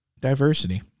diversity